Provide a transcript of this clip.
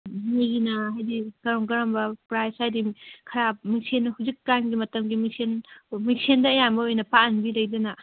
ꯃꯤꯅ ꯍꯥꯏꯕꯗꯤ ꯀꯔꯝ ꯀꯔꯝꯕ ꯄ꯭ꯔꯥꯏꯖ ꯍꯥꯏꯕꯗꯤ ꯈꯔ ꯃꯤꯡꯁꯦꯟꯅ ꯍꯧꯖꯤꯛꯀꯥꯟꯒꯤ ꯃꯇꯝꯒꯤ ꯃꯤꯡꯁꯦꯟ ꯃꯤꯡꯁꯦꯟꯗ ꯑꯌꯥꯝꯕ ꯑꯣꯏꯅ ꯄꯥꯛꯍꯟꯕꯤ ꯂꯩꯗꯅ